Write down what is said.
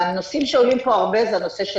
הנושאים שעולים פה הרבה זה הנושא של